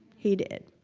he did.